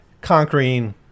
conquering